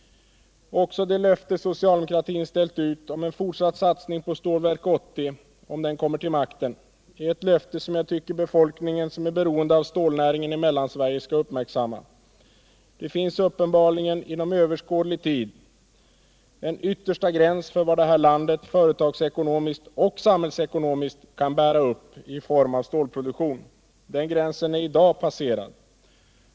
Också det löfte socialdemokratin ställt ut om en fortsatt satsning på Stålverk 80, om den kommer till makten, är ett löfte som jag tycker befolkningen som är beroende av stålnäringen i Mellansverige skall uppmärksamma. Det finns uppenbarligen inom överskådlig tid en yttersta gräns för vad det här landet företagsekonomiskt och samhällsekonomiskt kan bära upp i form av stålproduktion. Den gränsen är i dag passerad.